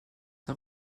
der